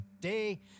day